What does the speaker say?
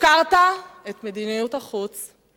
הפקרת את מדיניות החוץ,